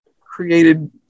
created